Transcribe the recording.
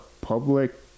public